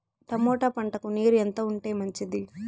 Tomato పంటకు నీరు ఎంత ఉంటే మంచిది?